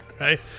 right